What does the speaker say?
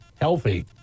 Healthy